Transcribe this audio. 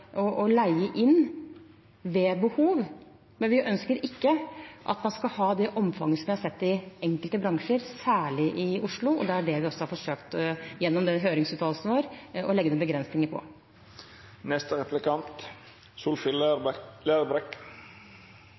mulig å leie inn ved behov, men vi ønsker ikke at man skal ha det omfanget vi har sett i enkelte bransjer, særlig i Oslo. Det er det vi gjennom høringsforslagene har forsøkt å legge noen begrensninger